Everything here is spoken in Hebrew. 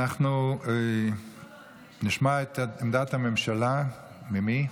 אנחנו נשמע את עמדת הממשלה, ממי?